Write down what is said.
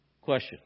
Question